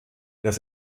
das